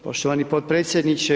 Poštovani potpredsjedniče.